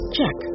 Check